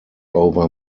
over